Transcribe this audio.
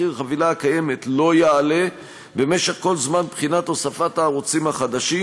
מחיר החבילה הקיימת לא יעלה במשך כל זמן בחינת הוספת הערוצים החדשים,